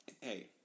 Hey